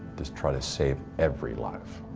just try to save every life.